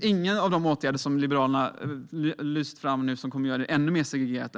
Ingen av de åtgärder som Liberalerna lyfter fram kommer att göra samhället mer segregerat.